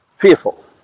fearful